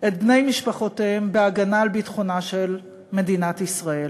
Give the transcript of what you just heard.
את בניהן בהגנה על ביטחונה של מדינת ישראל.